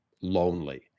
lonely